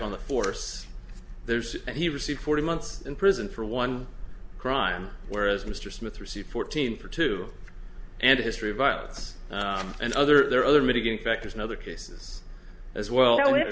on the force there's and he received forty months in prison for one crime whereas mr smith received fourteen for two and a history of violence and other there are other mitigating factors in other cases as well